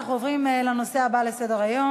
אנחנו עוברים לנושא הבא בסדר-היום,